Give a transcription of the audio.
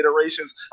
iterations